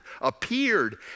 appeared